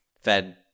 Fed